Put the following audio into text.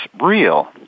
real